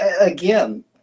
again